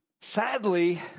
sadly